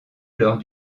lors